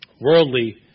Worldly